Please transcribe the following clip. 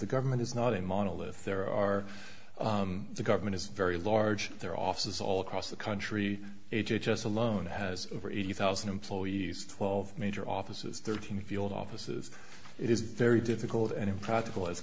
the government is not a monolith there are the government is very large their offices all across the country has alone has over eighty thousand employees twelve major offices thirteen field offices it is very difficult and impractical as